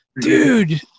dude